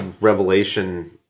revelation